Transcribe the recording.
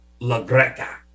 LaGreca